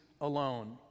alone